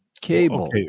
cable